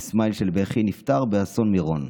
עם סמיילי של בכי, נפטר באסון מירון.